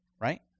Right